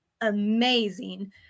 amazing